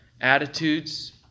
attitudes